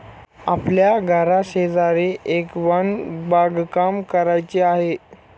आपल्या घराशेजारी एक वन बागकाम करायचे आहे